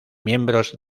miembros